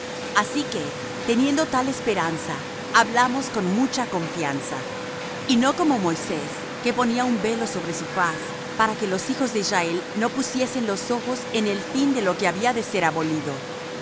así que teniendo tal esperanza hablamos con mucha confianza y no como moisés que ponía un velo sobre su faz para que los hijos de israel no pusiesen los ojos en el fin de lo que había de ser abolido